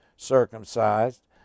circumcised